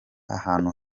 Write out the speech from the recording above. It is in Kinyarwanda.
ahantu